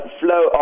flow